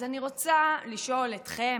אז אני רוצה לשאול אתכם,